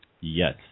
Yes